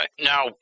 Now